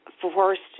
forced